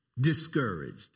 discouraged